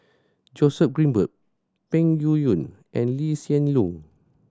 Joseph Grimberg Peng Yuyun and Lee Hsien Loong